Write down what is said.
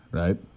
right